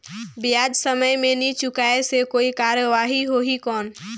ब्याज समय मे नी चुकाय से कोई कार्रवाही होही कौन?